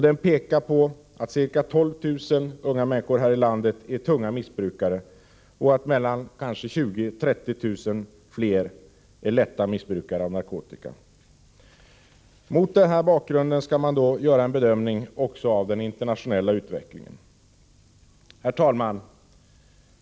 Den pekar på att ca 12 000 unga människor här i landet är tunga missbrukare och att 20 000 30 000 fler är lätta missbrukare av narkotika. Mot denna bakgrund skall man göra en bedömning också av den internationella utvecklingen. Herr talman!